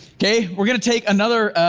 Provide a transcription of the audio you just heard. okay? we're gonna take another,